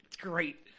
great